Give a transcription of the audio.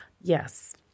Yes